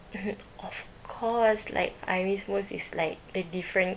of course like I miss most is like the different